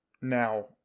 Now